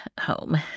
home